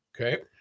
Okay